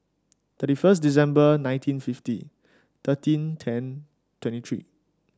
thirty first December nineteen fifty thirteen ten twenty three